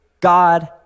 God